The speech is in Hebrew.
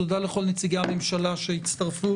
תודה לכל נציגי הממשלה שהצטרפו